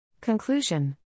Conclusion